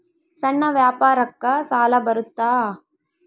ಸಣ್ಣ ವ್ಯಾಪಾರಕ್ಕ ಸಾಲ ಬರುತ್ತಾ?